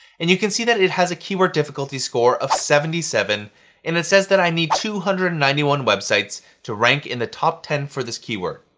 and you can see that it has a keyword difficulty score of seventy seven and it says that i need two hundred and ninety one websites to rank in the top ten for this keyword.